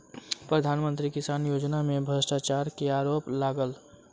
प्रधान मंत्री किसान योजना में भ्रष्टाचार के आरोप लागल